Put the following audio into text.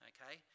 Okay